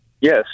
Yes